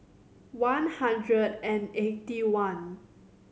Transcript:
one hundred and eighty one